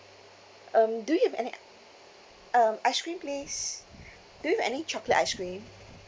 um do you have any i~ um ice cream please do you have any chocolate ice cream